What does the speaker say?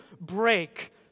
break